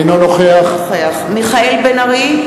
אינו נוכח מיכאל בן-ארי,